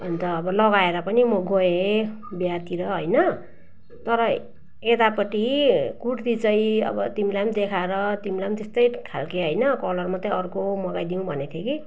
अन्त अब लगाएर पनि म गए बिहातिर होइन तर यतापट्टि कुर्ती चाहिँ अब तिमीलाई देखाएर तिमालाई त्यस्तै खाले होइन कलर मात्रै अर्को मगाई दिऊँ भनेको कि